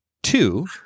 Two